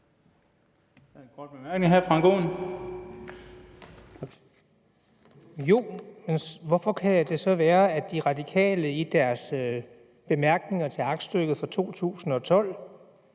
hvordan kan det så være, at De Radikale i deres bemærkninger til aktstykket fra 2011,